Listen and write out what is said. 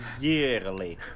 yearly